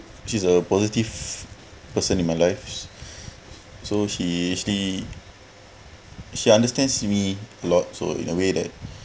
she's a positive person in my life so she actually she understands me a lot so in a way that